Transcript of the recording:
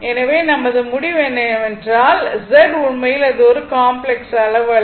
எனவே நமது முடிவு என்னவென்றால் Z உண்மையில் இது ஒரு காம்ப்ளக்ஸ் அளவு அல்ல